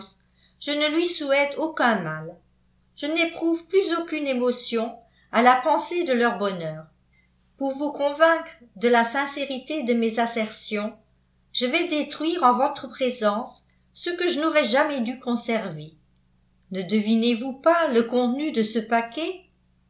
je ne lui souhaite aucun mal je n'éprouve plus aucune émotion à la pensée de leur bonheur pour vous convaincre de la sincérité de mes assertions je vais détruire en votre présence ce que je n'aurais jamais dû conserver ne devinez-vous pas le contenu de ce paquet